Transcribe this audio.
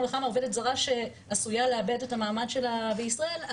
וכמה עובדת זרה שעשויה לאבד את המעמד שלה בישראל,